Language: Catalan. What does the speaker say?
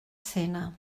sena